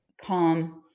calm